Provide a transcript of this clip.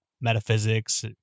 metaphysics